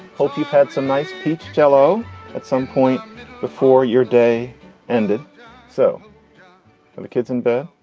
hope you had some nice peach jell-o at some point before your day ended so the kids in bed,